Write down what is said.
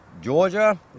Georgia